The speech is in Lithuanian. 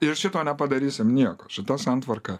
ir šito nepadarysim nieko šita santvarka